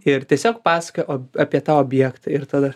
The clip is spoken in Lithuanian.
ir tiesiog pasakoja apie tą objektą ir tada